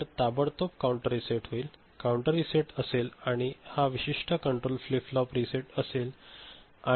तर ताबडतोब counter reset होईल काउंटर रीसेट असेल आणि हा विशिष्ट कंट्रोल फ्लिप फ्लॉप रीसेट असेल आणि काही काळानंतर सेट असेल